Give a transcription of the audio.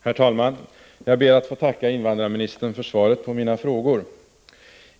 Herr talman! Jag ber att få tacka invandrarministern för svaret på mina frågor.